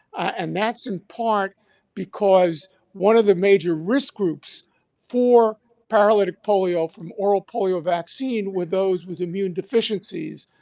and that's in part because one of the major risk groups for paralytic polio from oral polio vaccine were those was immune deficiencies.